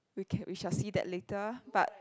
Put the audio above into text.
we ca~ we shall see that later but